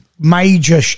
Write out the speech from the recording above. major